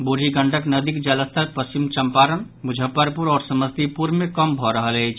बूढ़ी गंडक नदीक जलस्तर पश्चिम चंपारण मुजफ्फरपुर आओर समस्तीपुर मे कम भऽ रहल अछि